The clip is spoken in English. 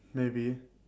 maybe